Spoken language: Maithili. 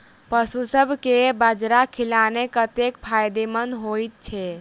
पशुसभ केँ बाजरा खिलानै कतेक फायदेमंद होइ छै?